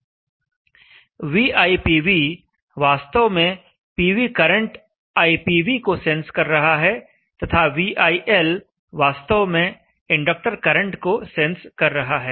Vipv वास्तव में PV current Ipv को सेंस कर रहा है तथा ViL वास्तव में इंडक्टर करंट को सेंस कर रहा है